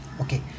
okay